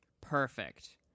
Perfect